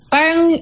Parang